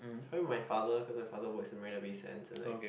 probably my father cause my father works in Marina-Bay-Sands and like